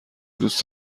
دوست